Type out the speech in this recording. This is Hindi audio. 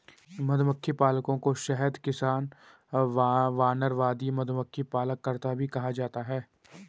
मधुमक्खी पालकों को शहद किसान, वानरवादी, मधुमक्खी पालनकर्ता भी कहा जाता है